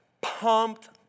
pumped